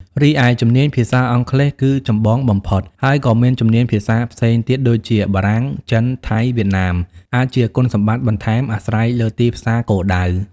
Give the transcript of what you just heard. រីឯ ជំនាញភាសាអង់គ្លេស គឺចម្បងបំផុត ហើយក៏មានជំនាញភាសាផ្សេងទៀត (ដូចជាបារាំង ចិន ថៃ វៀតណាម) អាចជាគុណសម្បត្តិបន្ថែម អាស្រ័យលើទីផ្សារគោលដៅ។